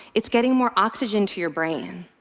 it's getting more oxygen to your brain.